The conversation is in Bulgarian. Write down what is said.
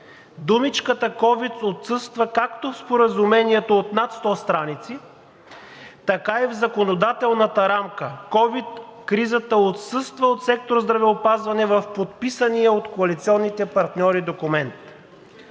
Думичката „ковид“ отсъства както в споразумението от над 100 страници, така и в законодателната рамка. Ковид кризата отсъства от сектор „Здравеопазване“ в подписания от коалиционните партньори документ.